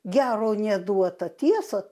gero neduota tiesa